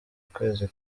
ukwezi